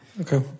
okay